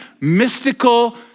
mystical